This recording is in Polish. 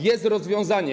Jest rozwiązanie.